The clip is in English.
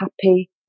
happy